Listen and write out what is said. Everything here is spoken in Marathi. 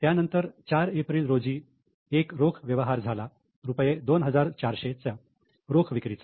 त्यानंतर चार एप्रिल रोजी एक रोख व्यवहार झाला रुपये 2400 च्या रोख विक्रीचा